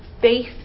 faith